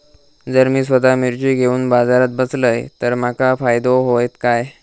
जर मी स्वतः मिर्ची घेवून बाजारात बसलय तर माका फायदो होयत काय?